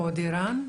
שלום.